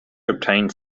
obtained